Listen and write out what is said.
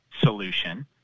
solution